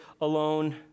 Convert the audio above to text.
alone